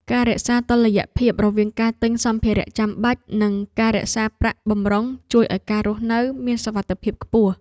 ការរក្សាតុល្យភាពរវាងការទិញសម្ភារៈចាំបាច់និងការរក្សាប្រាក់បម្រុងជួយឱ្យការរស់នៅមានសុវត្ថិភាពខ្ពស់។